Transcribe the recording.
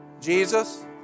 Jesus